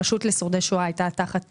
הרשות לשורדי שואה הייתה תחת